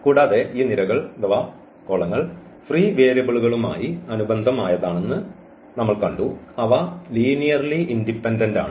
കൂടാതെ ഈ നിരകൾ ഫ്രീ വേരിയബിളുകളുമായി അനുബന്ധം ആയതാണെന്ന് നമ്മൾ കണ്ടു അവ ലീനിയർലി ഇൻഡിപെൻഡന്റ് ആണ്